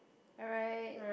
alright